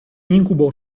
incubo